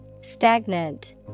Stagnant